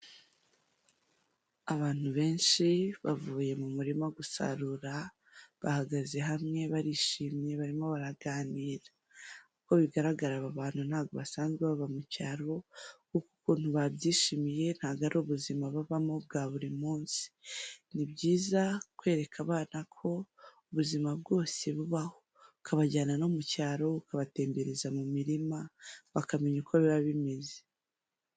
Abantu benshi bavuye mu murima gusarura bahagaze hamwe barishimye barimo baraganira. Uko bigaragara aba bantu ntabwo basanzwe baba mu cyaro kuko ukuntu babyishimiye ntabwo ari ubuzima babamo bwa buri munsi. Ni byiza kwereka abana ko ubuzima bwose bubaho ukabajyana no mu cyaro ukabatembereza mu mirima bakamenya uko biba bimeze.